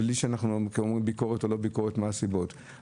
בלי שאנחנו מעבירים ביקורת ואומרים מה הסיבות לכך